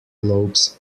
lobes